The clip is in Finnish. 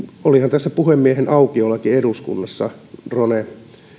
olihan tässä puhemiehenaukiollakin eduskunnassa drone